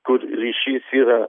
kur ryšys yra